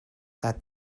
that